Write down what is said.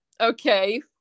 okay